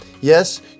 Yes